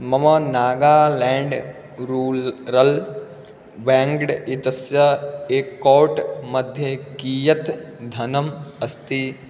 मम Nagaland rural bank इत्यस्य account मध्ये कियत् धनम् अस्ति